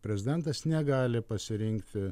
prezidentas negali pasirinkti